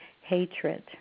hatred